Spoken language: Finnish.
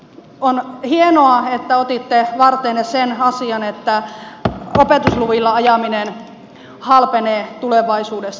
on hienoa että otitte varteenne sen asian että opetusluvilla ajaminen halpenee tulevaisuudessa